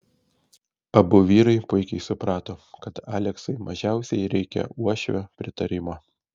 abu vyrai puikiai suprato kad aleksui mažiausiai reikia uošvio pritarimo